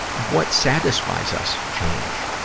what satisfies us change,